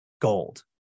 gold